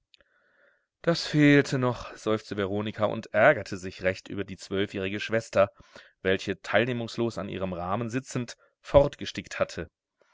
das fehlte noch seufzte veronika und ärgerte sich recht über die zwölfjährige schwester welche teilnehmungslos an ihrem rahmen sitzend fortgestickt hatte